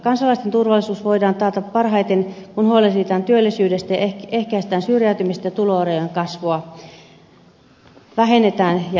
kansalaisten turvallisuus voidaan taata parhaiten kun huolehditaan työllisyydestä ehkäistään syrjäytymistä ja tuloerojen kasvua vähennetään ja estetään